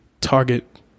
target